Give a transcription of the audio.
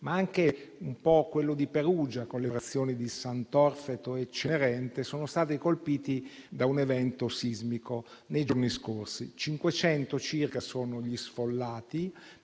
e anche in parte la zona di Perugia, con le frazioni di Sant’Orfeto e Cenerente, sono state colpite da un evento sismico nei giorni scorsi. Sono circa 500 gli sfollati